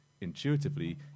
Intuitively